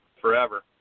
forever